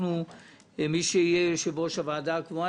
ומי שיהיה יושב-ראש הוועדה הקבועה